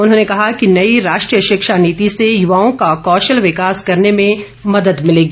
उन्होंने कहा कि नई राष्ट्रीय शिक्षा नीति से युवाओं का कौशल विकास करने में मदद मिलेगी